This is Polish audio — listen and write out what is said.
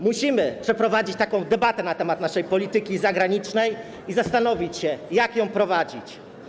Musimy przeprowadzić debatę na temat naszej polityki zagranicznej i zastanowić się, jak ją prowadzić.